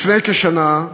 לפני כשנה,